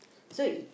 so